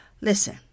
Listen